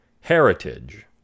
heritage